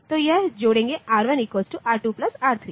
तो यह जोड़ेंगे R1 R2 R3